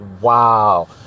wow